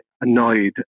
annoyed